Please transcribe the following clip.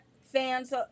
fans